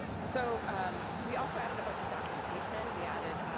so um we also added a bunch of documentation. we added